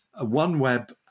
OneWeb